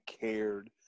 cared